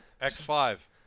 X-five